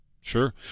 sure